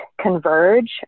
converge